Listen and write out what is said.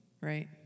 Right